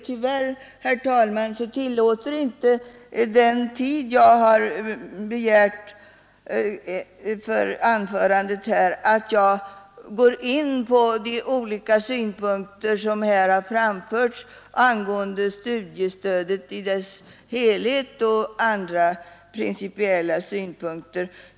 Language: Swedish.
Tyvärr, herr talman, tillåter inte den tid jag har begärt för anförandet här att jag går in på de olika synpunkter som framförts angående studiestödet i dess helhet samt andra principiella synpunkter.